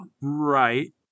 Right